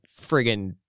friggin